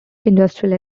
industrial